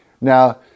now